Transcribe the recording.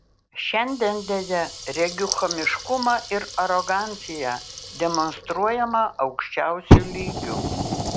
šiandien deja regiu chamiškumą ir aroganciją demonstruojamą aukščiausiu lygiu